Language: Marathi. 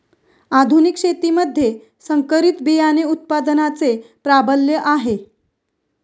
आधुनिक शेतीमध्ये संकरित बियाणे उत्पादनाचे प्राबल्य आहे